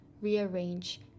rearrange